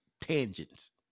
Tangents